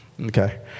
Okay